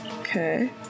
Okay